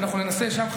ואנחנו ננסה שם,